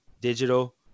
digital